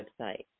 website